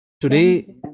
today